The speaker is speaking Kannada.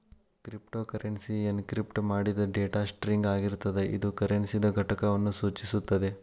ಕ್ರಿಪ್ಟೋಕರೆನ್ಸಿ ಎನ್ಕ್ರಿಪ್ಟ್ ಮಾಡಿದ್ ಡೇಟಾ ಸ್ಟ್ರಿಂಗ್ ಆಗಿರ್ತದ ಇದು ಕರೆನ್ಸಿದ್ ಘಟಕವನ್ನು ಸೂಚಿಸುತ್ತದೆ